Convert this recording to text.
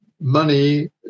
money